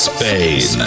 Spain